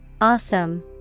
Awesome